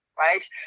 right